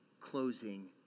closing